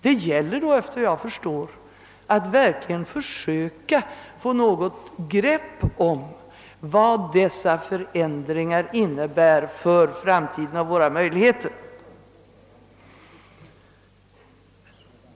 De gäller då, efter vad jag förstår, att verkligen försöka få något grepp på vad dessa förändringar innebär för våra möjligheter i framtiden.